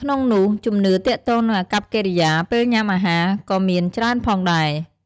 ក្នុងនោះ ជំនឿទាក់ទងនឹងអាកប្បកិរិយាពេលញ៉ាំអាហារ ក៏មានច្រើនផងដែរ។